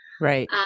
Right